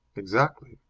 exactly.